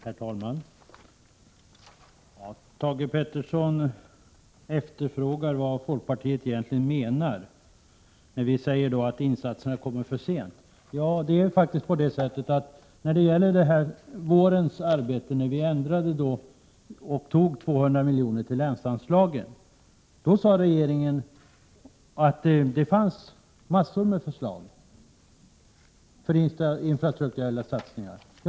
Herr talman! Thage Peterson efterfrågar vad folkpartiet egentligen menar när vi säger att insatserna har kommit för sent. När vi ändrade inriktningen och överförde 200 milj.kr. till länsanslagen, sade regeringen att det fanns mängder med förslag till infrastrukturella satsningar.